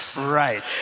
Right